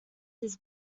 his